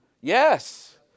Yes